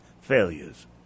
failures